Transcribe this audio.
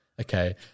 okay